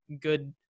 good